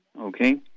Okay